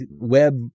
web